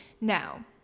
Now